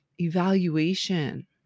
evaluation